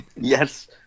Yes